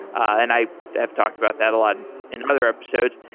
and i have talked about that a lot in other episodes.